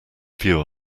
view